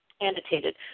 annotated